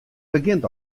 begjint